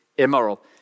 Immoral